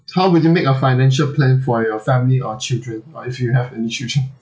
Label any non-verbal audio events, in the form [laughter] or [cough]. how would you make a financial plan for your family or children or if you have any children [laughs]